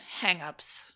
hangups